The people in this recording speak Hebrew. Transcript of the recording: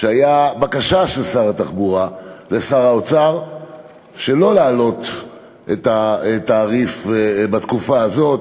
שהייתה בקשה של שר התחבורה לשר האוצר שלא להעלות את התעריף בתקופה הזאת,